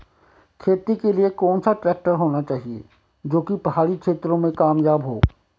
खेती के लिए कौन सा ट्रैक्टर होना चाहिए जो की पहाड़ी क्षेत्रों में कामयाब हो?